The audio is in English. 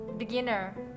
beginner